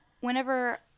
whenever